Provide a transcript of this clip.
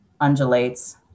undulates